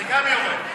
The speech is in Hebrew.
זה גם יורד.